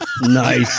Nice